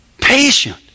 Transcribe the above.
patient